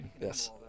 Yes